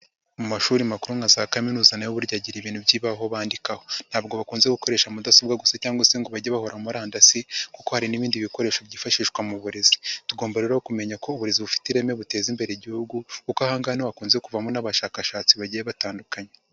Mu mashuri makuru nka za kaminuza na ho buryo bagira ibintu by'ibibaho bandikaho, ntabwo bakunze gukoresha mudasobwa gusa cyangwa se ngo bajye babura murandasi kuko hari n'ibindi bikoresho byifashishwa mu burezi; tugomba rero kumenya ko uburezi bufite ireme buteza imbere Igihugu kuko aha ngaha ni ho hakunze kuvamo n'abashakashatsi bagiye batandukanye.